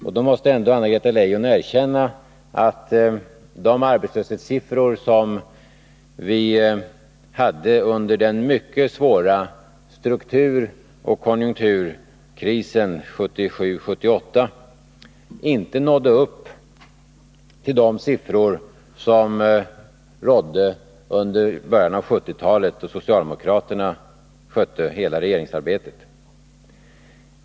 Och då måste Anna-Greta Leijon erkänna att de arbetslöshetssiffror som vi hade under den mycket svåra strukturoch konjunkturkrisen 1977-1978 inte nådde upp till de siffror som rådde under början av 1970-talet, då socialdemokraterna hade hela regeringsansvaret.